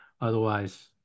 Otherwise